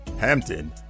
Hampton